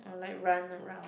or like run around